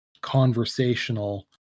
conversational